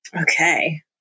Okay